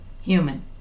human